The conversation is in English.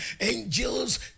Angels